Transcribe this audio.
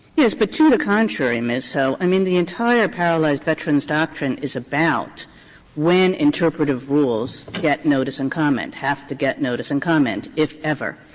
but to the contrary, ms. ho, i mean, the entire paralyzed veterans doctrine is about when interpretative rules get notice and comment, have to get notice and comment, if ever.